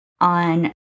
on